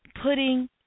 putting